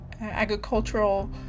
Agricultural